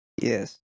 Yes